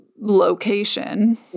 location